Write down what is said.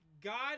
God